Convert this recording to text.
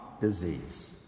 disease